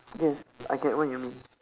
yes I get what you mean